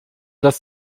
das